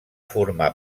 formar